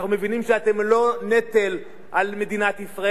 אנחנו מבינים שאתם לא נטל על מדינת ישראל,